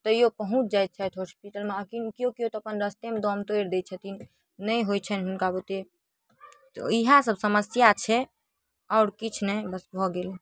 तैओ पहुँचि जाइ छथि हॉस्पिटलमे आओर केओ केओ तऽ अपन रस्तेमे दम तोड़ि दै छथिन लेकिन नहि होइ छैन हुनका बुते तऽ इएहसब समस्या छै आओर किछु नहि बस भऽ गेल